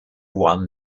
one